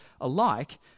alike